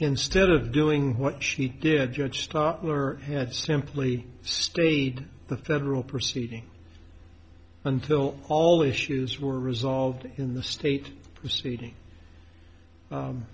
instead of doing what she did judge stop ler had simply stayed the federal proceeding until all issues were resolved in the state proceeding